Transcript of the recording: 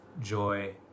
joy